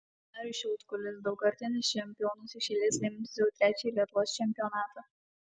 marius šiaudkulis daugkartinis čempionas iš eilės laimintis jau trečiąjį lietuvos čempionatą